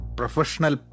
professional